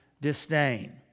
disdain